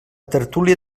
tertúlia